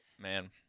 man